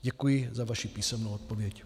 Děkuji za vaši písemnou odpověď.